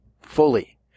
fully